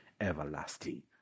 everlasting